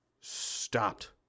stopped